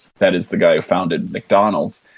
that is the guy who founded mcdonald's.